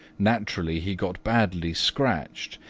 naturally, he got badly scratched,